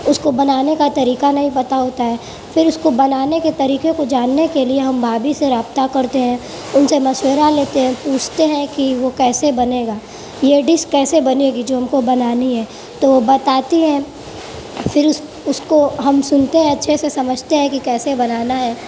اس کو بنانے کا طریقہ نہیں پتا ہوتا ہے پھر اس کو بنانے کے طریقے کو جاننے کے لیے ہم بھابی سے رابطہ کرتے ہیں ان سے مشورہ لیتے ہیں پوچھتے ہیں کہ وہ کیسے بنے گا یہ ڈس کیسے بنے گی جو ہم کو بنانی ہے تو بتاتی ہیں پھر اس اس کو ہم سنتے ہیں اچھے سے سمجھتے ہیں کہ کیسے بنانا ہے